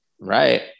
right